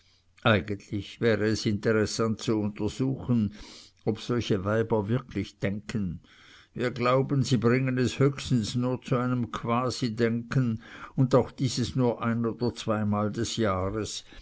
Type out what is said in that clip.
eigentlich wäre es interessant zu untersuchen ob solche weiber wirklich denken wir glauben sie bringen es höchstens nur zu einem quasidenken und auch dieses nur ein oder zweimal des jahres